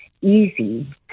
easy